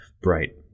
bright